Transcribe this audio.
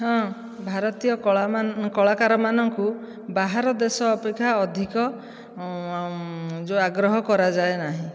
ହଁ ଭାରତୀୟ କଳା ମାନ କଳାକାର ମାନଙ୍କୁ ବାହାର ଦେଶ ଅପେକ୍ଷା ଅଧିକ ଯେଉଁ ଆଗ୍ରହ କରାଯାଏ ନାହିଁ